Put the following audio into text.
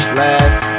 last